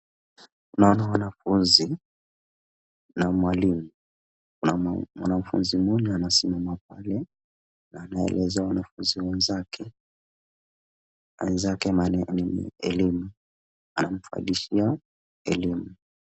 Naona wanafunzi na mwalimu. Kuna mwanafunzi mmoja anasimama pale na anaeleza wanafunzi wenzake mahali elimu, anampandishia elimu.